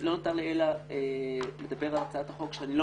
לא נותר לי אלא לדבר על הצעת החוק שאני לא